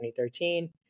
2013